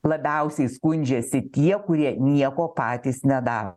labiausiai skundžiasi tie kurie nieko patys nedaro